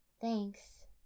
Thanks